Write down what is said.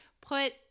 Put